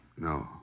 No